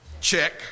check